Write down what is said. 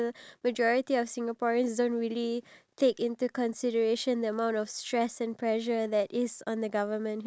iya if let's say you're a solo person like for example if both of us you know we're running our e-commerce business